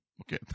Okay